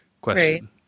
question